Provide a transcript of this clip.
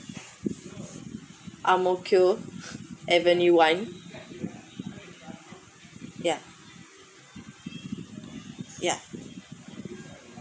ang mo kio avenue one ya ya